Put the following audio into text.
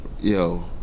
Yo